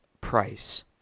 price